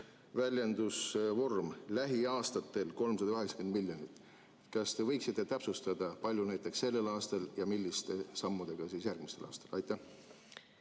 väljendus "lähiaastatel 380 miljonit". Kas te võiksite täpsustada, kui palju näiteks sellel aastal ja milliste sammudega järgmisel aastal? Aitäh,